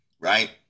right